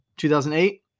2008